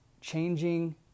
changing